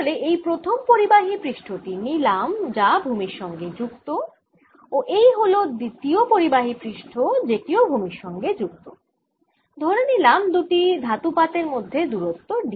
তাহলে এই প্রথম পরিবাহী পৃষ্ঠ টি নিলাম যা ভুমির সঙ্গে যুক্ত ও এই হল দ্বিতীয় পরিবাহী পৃষ্ঠ যেটিও ভুমির সঙ্গে যুক্ত ধরে নিলাম দুটি ধাতুপাতের মধ্যে দূরত্ব d